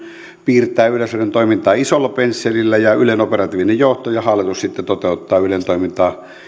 piirtää yleisradion toimintaa isolla pensselillä ja ylen operatiivinen johto ja hallitus sitten toteuttaa ylen toimintaa